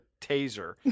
taser